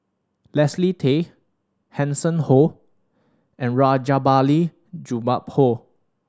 Leslie Tay Hanson Ho and Rajabali Jumabhoy